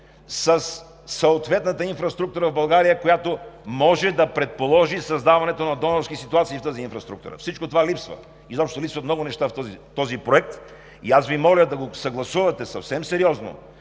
със съответната инфраструктура в България, която може да предположи създаването на донорски ситуации в тази инфраструктура. Всичко това липсва, изобщо липсват много неща в този проект. Аз Ви моля да го съгласувате съвсем сериозно